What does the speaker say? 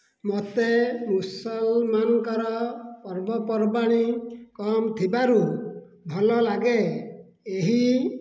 ମତେ ମୁସଲମାନଙ୍କର ପର୍ବ ପର୍ବାଣି କମ ଥିବାରୁ ଭଲ ଲାଗେ ଏହି